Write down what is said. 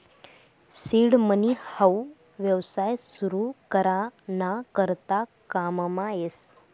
seed money हाऊ येवसाय सुरु करा ना करता काममा येस